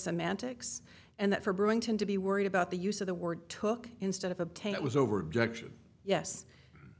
semantics and that for brewington to be worried about the use of the word took instead of obtain it was over direction yes